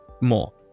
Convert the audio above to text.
more